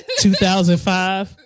2005